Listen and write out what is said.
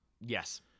yes